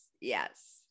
yes